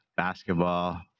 basketball